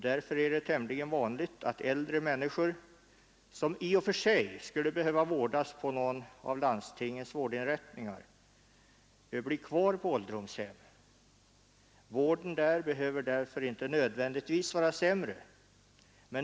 Därför är det tämligen vanligt att äldre människor, som i och för sig skulle behöva vårdas på någon av landstingets vårdinrättningar, blir kvar på ålderdomshem. Vården där behöver därför inte nödvändigtvis vara sämre.